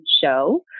show